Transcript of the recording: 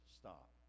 stop